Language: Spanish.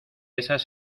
esas